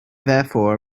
therefore